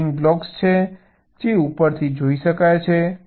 સીલિંગમાં blocks છે જે ઉપરથી જોઈ શકાય છે